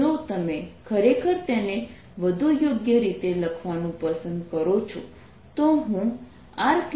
જો તમે ખરેખર તેને વધુ યોગ્ય રીતે લખવાનું પસંદ કરો છો તો હું r